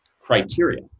criteria